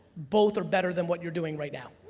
both are better than what you're doing right now.